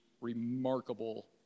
remarkable